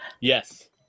Yes